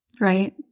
right